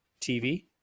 TV